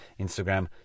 Instagram